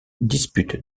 dispute